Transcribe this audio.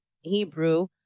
Hebrew